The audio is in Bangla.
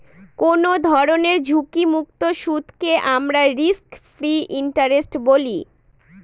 কোনো ধরনের ঝুঁকিমুক্ত সুদকে আমরা রিস্ক ফ্রি ইন্টারেস্ট বলি